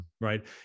right